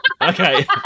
okay